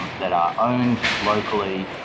that are owned locally,